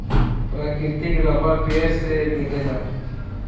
प्राकृतिक रबर पेड़ से मिलेला